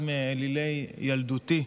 אחד מאלילי ילדותי,